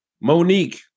Monique